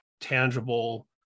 tangible